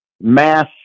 mass